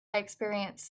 experience